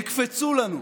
תקפצו לנו.